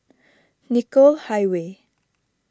Nicoll Highway